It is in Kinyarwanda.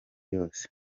yose